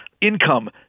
income